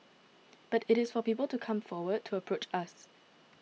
but it is for people to come forward to approach us